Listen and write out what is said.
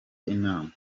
inama